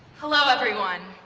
hello, everyone.